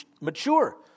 mature